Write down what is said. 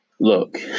Look